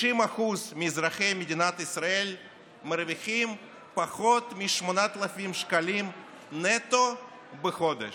50% מאזרחי מדינת ישראל מרוויחים פחות מ-8,000 שקלים נטו בחודש.